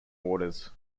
waters